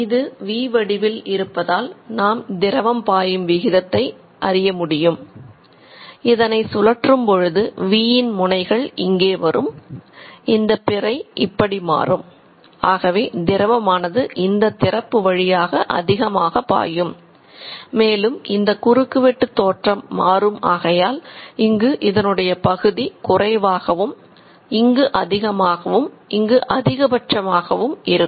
இது வி வடிவில் ஆகவும் இருக்கும்